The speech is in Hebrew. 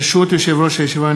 ברשות יושב-ראש הישיבה,